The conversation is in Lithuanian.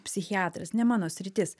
psichiatras ne mano sritis